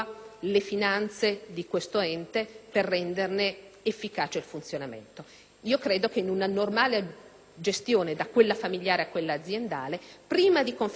Credo che in una normale gestione, da quella familiare a quella aziendale, prima di conferire nuove risorse si chiede conto dell'utilizzo di quelle esistenti.